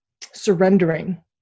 surrendering